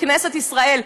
מכנסת ישראל.